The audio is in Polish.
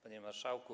Panie Marszałku!